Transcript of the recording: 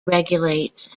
regulates